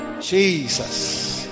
Jesus